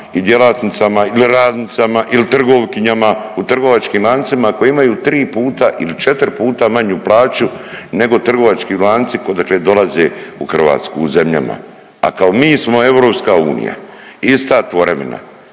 i djelatnicama ili radnicama ili trgovkinjama u trgovačkim lancima koji imaju tri puta ili četri puta manju plaću nego trgovački lanci odakle dolaze u zemljama, a kao mi smo EU ista tvorevina.